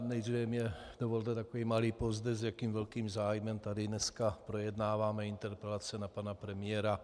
Nejdříve mně dovolte takový malý povzdech, s jakým velkým zájmem tady dneska projednáváme interpelace na pana premiéra.